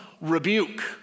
rebuke